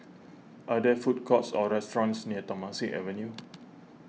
are there food courts or restaurants near Temasek Avenue